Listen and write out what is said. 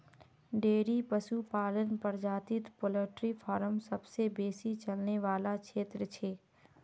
dairy पशुपालन प्रजातित poultry farm सबसे बेसी चलने वाला क्षेत्र छिके